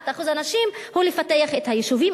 אחוז הנשים היא לפתח את היישובים,